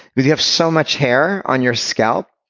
because you have so much hair on your scalp,